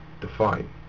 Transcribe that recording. define